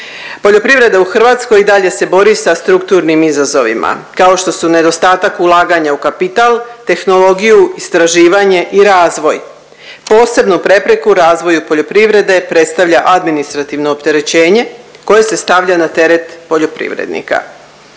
Poljoprivreda u Hrvatskoj i dalje se bori sa strukturnim izazovima kao što su nedostatak ulaganja u kapital, tehnologiju, istraživanje i razvoj. Posebnu prepreku razvoju poljoprivrede predstavlja administrativno opterećenje koje se stavlja na teret poljoprivrednika.